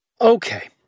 okay